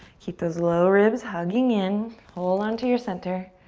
keep those low ribs hugging in. hold on to your center.